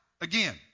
again